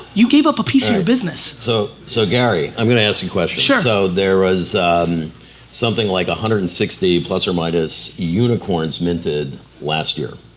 you gave up a piece of your business. so so gary, i'm gonna ask you a question. sure. so there was something like one hundred and sixty plus or minus unicorns minted last year,